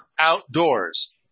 outdoors